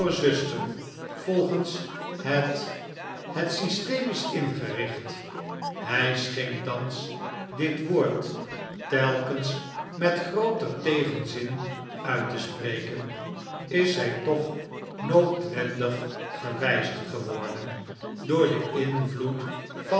zuster volgens net net systeem is ingericht hij scheen thans dit woord telkens met grooter tegenzin uit te spreken is zij toch noodwendig gewijzigd geworden door den invloed van